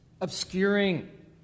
obscuring